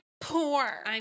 poor